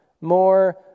More